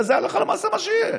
הרי זה הלכה למעשה מה שיהיה.